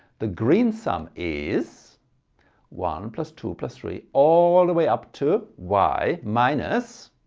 the green sum is one plus two plus three all the way up to y minus